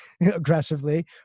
aggressively